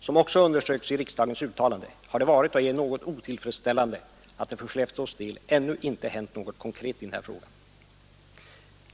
som också underströks i riksdagens uttalande, har det varit och är något otillfredsställande att det för Skellefteås del ännu inte hänt något konkret i den här frågan.